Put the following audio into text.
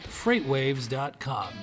FreightWaves.com